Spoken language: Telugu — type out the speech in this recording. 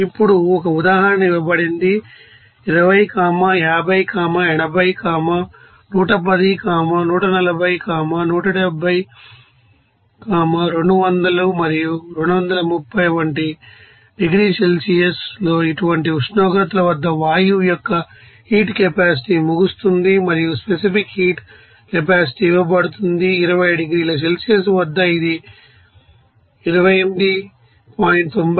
ఇప్పుడు ఒక ఉదాహరణ ఇవ్వబడింది 20 50 80 110 140 170 200 మరియు 230 వంటి డిగ్రీ సెల్సియస్లో ఇటువంటి ఉష్ణోగ్రతల వద్ద వాయువు యొక్క హీట్ కెపాసిటీ ముగుస్తుంది మరియు స్పెసిఫిక్ హీట్ కెపాసిటీ ఇవ్వబడుతుంది 20 డిగ్రీల సెల్సియస్ వద్ద ఇది 28